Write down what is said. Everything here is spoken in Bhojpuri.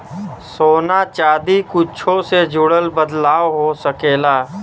सोना चादी कुच्छो से जुड़ल बदलाव हो सकेला